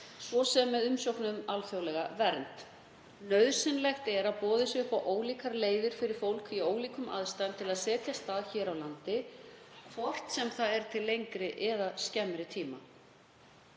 svo sem með umsókn um alþjóðlega vernd. Nauðsynlegt er að boðið sé upp á ólíkar leiðir fyrir fólk í ólíkum aðstæðum til að setjast að hér á landi, hvort sem það er til skemmri eða lengri tíma.